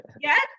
Yes